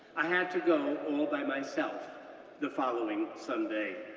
i had to go all by myself the following sunday.